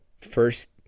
first